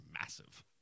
massive